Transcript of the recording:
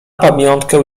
pamiątkę